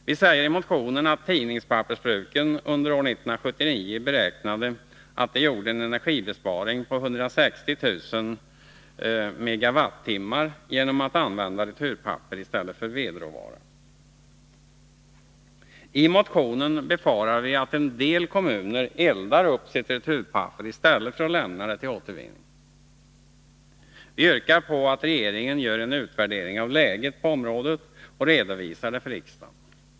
Vi säger i motionen att tidningspappersbruken under år 1979 beräknade att de gjorde en energibesparing på 160 000 MWh genom att använda returpapper i stället för vedråvara. I motionen befarar vi att en del kommuner eldar upp sitt returpapper i stället för att lämna det till återvinning. Vi yrkar att regeringen gör en utvärdering av läget på området och redovisar den för riksdagen.